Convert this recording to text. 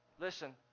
listen